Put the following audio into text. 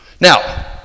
Now